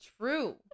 True